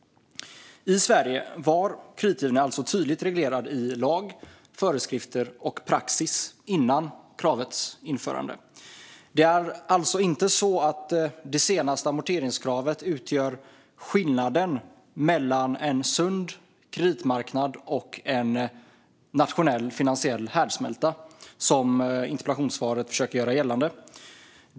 I Sverige var kreditgivningen alltså tydligt reglerad i lag, föreskrifter och praxis innan kravet infördes. Det är alltså inte så att det senaste amorteringskravet utgör skillnaden mellan en sund kreditmarknad och en nationell finansiell härdsmälta, som försöker göras gällande i interpellationssvaret.